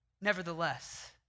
Nevertheless